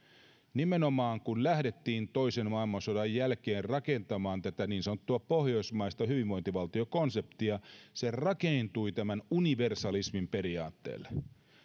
nimenomaan kun lähdettiin toisen maailmansodan jälkeen rakentamaan tätä niin sanottua pohjoismaista hyvinvointivaltiokonseptia se rakentui tämän universalismin periaatteelle